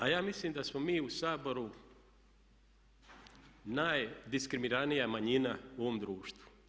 A ja mislim da smo mi u Saboru najdiskriminiranija manjina u ovom društvu.